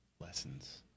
lessons